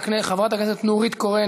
חברת הכנסת נורית קורן,